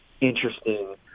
interesting